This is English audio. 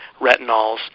retinols